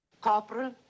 corporal